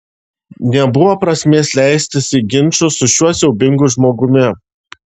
nebuvo prasmės leistis į ginčus su šiuo siaubingu žmogumi